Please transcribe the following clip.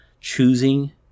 choosing